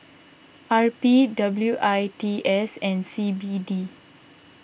R P W I T S and C B D